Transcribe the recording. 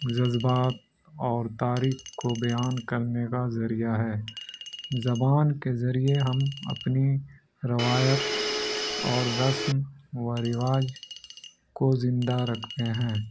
جذبات اور تاریخ کو بیان کرنے کا ذریعہ ہے زبان کے ذریعے ہم اپنی روایت اور رسم و رواج کو زندہ رکھتے ہیں